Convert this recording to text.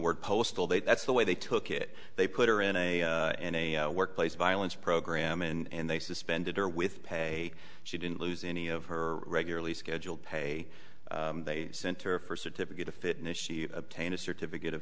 word postal they that's the way they took it they put her in a in a workplace violence program and they suspended her with pay she didn't lose any of her regularly scheduled pay they center for certificate of fitness she obtained a certificate of